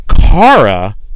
Kara